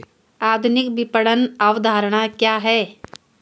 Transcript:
आधुनिक विपणन अवधारणा क्या है?